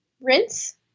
Rinse